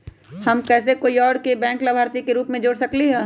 हम कैसे कोई और के बैंक लाभार्थी के रूप में जोर सकली ह?